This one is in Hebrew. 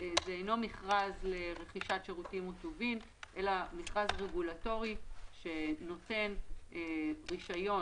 זה אינו מכרז לרכישת שירותים או טובין אלא מכרז רגולטורי שנותן רישיון